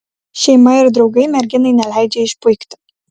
šeima ir draugai merginai neleidžia išpuikti